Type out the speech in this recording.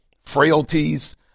frailties